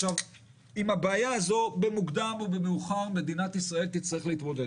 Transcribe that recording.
עם הבעיה הזאת במוקדם או במאוחר מדינת ישראל תצטרך להתמודד.